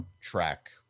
track